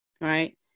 right